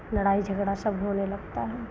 लड़ाई झगड़ा सब होने लगता है